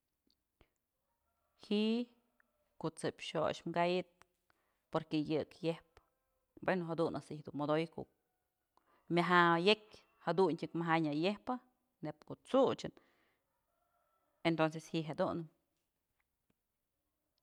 Ji'i ko'o t'sëb xo'x kayëp porque yëk yëjpë bueno jadun ëjt's i'ijtyë dun modoyë myaja yëkyë jaduntyëk maja'a nyë yejpë neyb ko'o t'suchyën entonces ji'i jedun.